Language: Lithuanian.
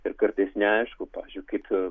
ir kartais neaišku pavyzdžiui kaip